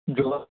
yoga